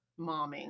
momming